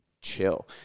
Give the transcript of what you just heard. chill